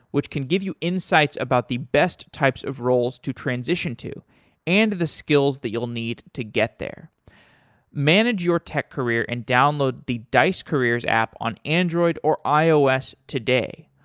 which can give you insights about the best types of roles to transition to and the skills that you'll need to get there manage your tech career and download the dice careers app on android or ios today.